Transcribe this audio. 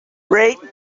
bell